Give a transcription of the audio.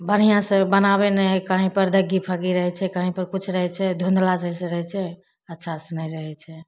बढ़िआँ से बनाबै नहि हइ कहीँपर दग्गी फग्गी रहै छै कहीँपर किछु रहै छै धुन्धला जइसे रहै छै अच्छा से नहि रहै छै